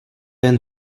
jen